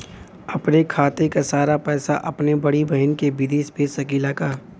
अपने खाते क सारा पैसा अपने बड़ी बहिन के विदेश भेज सकीला का?